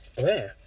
where